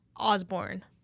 Osborne